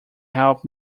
help